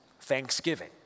thanksgiving